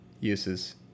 uses